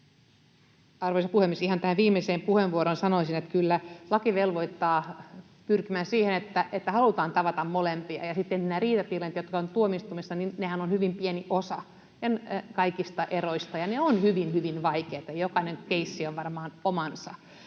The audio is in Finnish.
Arvoisa puhemies! Ihan tähän viimeiseen puheenvuoroon sanoisin, että kyllä laki velvoittaa pyrkimään siihen, että halutaan tavata molempia. Sittenhän nämä riitatilanteet, jotka ovat tuomioistuimessa, ovat hyvin pieni osa kaikista eroista. Ne ovat hyvin, hyvin vaikeita, ja jokainen keissi on varmaan omansa,